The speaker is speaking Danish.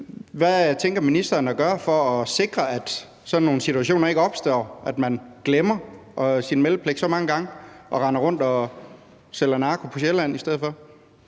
Hvad tænker ministeren at gøre for at sikre, at sådan nogle situationer ikke opstår, hvor man »glemmer« sin meldepligt så mange gange og render rundt og sælger narko på Sjælland i stedet for?